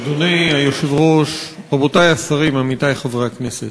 אדוני היושב-ראש, רבותי השרים, עמיתי חברי הכנסת,